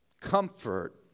Comfort